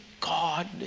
God